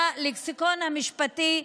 ללקסיקון המשפטי,